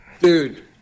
dude